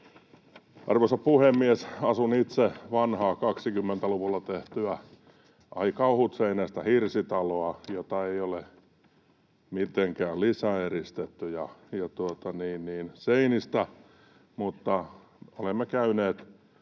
Arvoisa puhemies! Asun itse vanhaa, 20-luvulla tehtyä, aika ohutseinäistä hirsitaloa, jota ei ole mitenkään lisäeristetty seinistä, mutta olemme käyneet